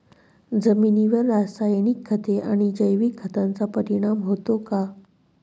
जमिनीवर रासायनिक खते आणि जैविक खतांचा परिणाम होतो का?